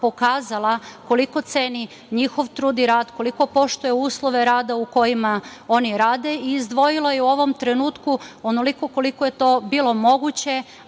pokazala koliko ceni njihov trud i rad, koliko poštuje uslove rada u kojima oni rade i izdvojila je u ovom trenutku onoliko koliko je to bilo moguće,